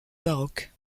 baroque